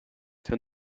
the